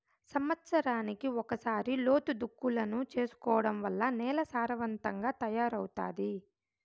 సమత్సరానికి ఒకసారి లోతు దుక్కులను చేసుకోవడం వల్ల నేల సారవంతంగా తయారవుతాది